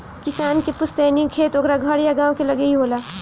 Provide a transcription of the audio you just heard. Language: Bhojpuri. किसान के पुस्तैनी खेत ओकरा घर या गांव के लगे ही होला